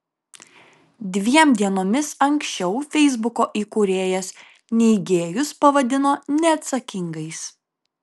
dviem dienomis anksčiau feisbuko įkūrėjas neigėjus pavadino neatsakingais